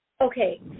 Okay